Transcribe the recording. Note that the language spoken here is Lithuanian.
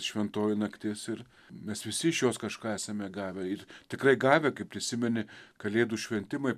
šventoji naktis ir mes visi iš jos kažką esame gavę ir tikrai gavę kai prisimeni kalėdų šventimai